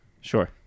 Sure